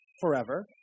forever